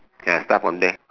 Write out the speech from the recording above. ya start from there